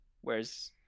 Whereas